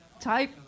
type